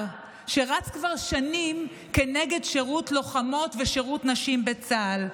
שרץ כבר שנים כנגד שירות לוחמות ושירות נשים בצה"ל,